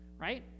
right